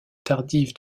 tardive